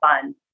fun